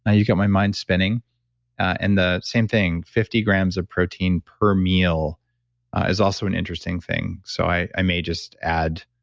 you get my mind spinning and the same thing, fifty grams of protein per meal is also an interesting thing. so, i may just add,